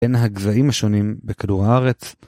בין הגזעים השונים בכדור הארץ.